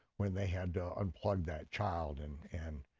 when they had to unplug that child. and and